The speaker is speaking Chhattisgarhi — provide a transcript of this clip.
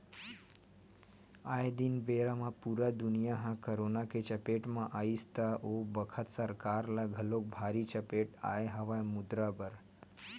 आये दिन बेरा म पुरा दुनिया ह करोना के चपेट म आइस त ओ बखत सरकार ल घलोक भारी चपेट आय हवय मुद्रा बर